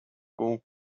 com